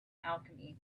alchemy